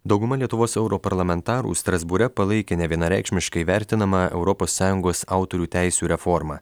dauguma lietuvos europarlamentarų strasbūre palaikė nevienareikšmiškai vertinamą europos sąjungos autorių teisių reformą